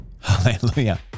Hallelujah